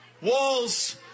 Walls